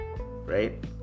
Right